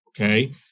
Okay